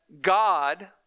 God